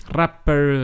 rapper